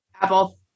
Apple